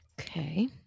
Okay